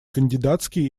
кандидатские